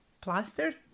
plaster